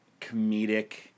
comedic